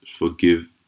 forgive